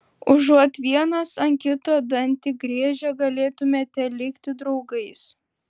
užuot vienas ant kito dantį griežę galėtumėme likti draugais